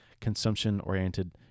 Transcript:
consumption-oriented